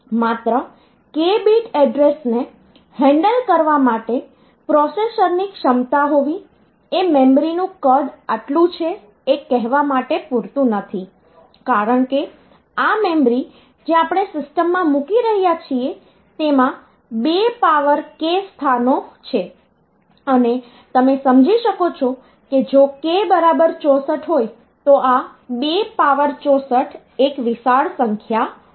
માત્ર k bit address ને handle કરવા માટે પ્રોસેસરની ક્ષમતા હોવી એ મેમરીનું કદ આટલું છે એ કહેવા માટે પૂરતું નથી કારણ કે આ મેમરી જે આપણે સિસ્ટમમાં મૂકી રહ્યા છીએ તેમાં 2 પાવર k સ્થાનો છે અને તમે સમજી શકો છો કે જો k બરાબર 64 હોય તો આ 2 પાવર 64 એક વિશાળ સંખ્યા હોય છે